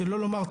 שלא לומר,